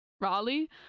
Raleigh